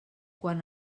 quan